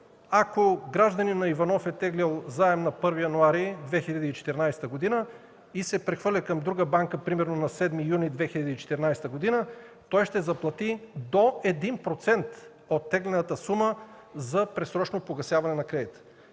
Ако гражданинът Иванов е теглил заем на 1 януари 2014 г. и се прехвърля към друга банка, примерно на 7 юни 2014 г., той ще заплати до 1% от теглената сума за предсрочно погасяване на кредита.